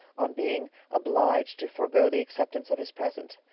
on being obliged to forego the acceptance of his present.